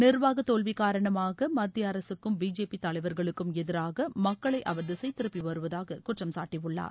நிர்வாக தோல்வி காரணமாக மத்திய அரசுக்கும் பிஜேபி தலைவர்களுக்கும் எதிராக மக்களை அவர் திசை திருப்பி வருவதாக குற்றம்சாட்டியுள்ளார்